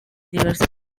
diversas